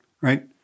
right